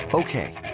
Okay